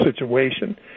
situation